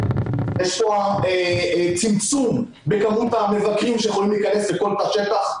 יש פה צמצום בכמות המבקרים שיכולים להיכנס לכל תא שטח,